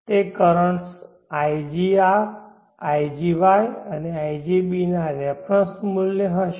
તે currents igR igY અને igB ના રેફરન્સ મૂલ્ય હશે